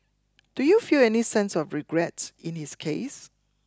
do you feel any sense of regret in his case